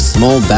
Small